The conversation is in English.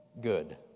good